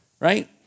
right